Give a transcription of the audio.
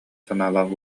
санаалаах